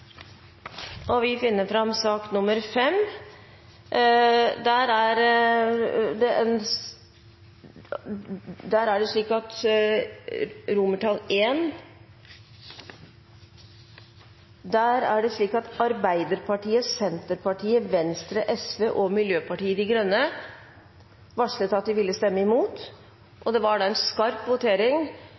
at vi først tar referatet, mens sekretæren finner fram sak nr. 5. Vi finner fram sak nr. 5. Der er det slik at Arbeiderpartiet, Senterpartiet, Venstre, Sosialistisk Venstreparti og Miljøpartiet De Grønne varslet at de ville stemme imot. Det var en skarp votering,